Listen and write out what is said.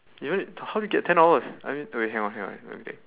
how do you get ten hours I mean wait hang on hang on okay